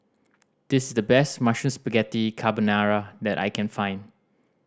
this is the best Mushroom Spaghetti Carbonara that I can find